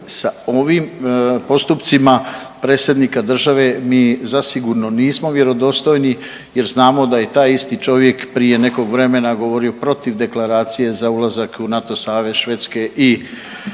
Sa ovim postupcima predsjednika države mi zasigurno nismo vjerodostojni, jer znamo da i taj isti čovjek prije nekog vremena govorio protiv Deklaracije za ulazak u NATO savez Švedske i